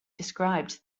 described